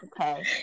okay